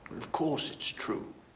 of course it's true.